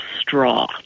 straw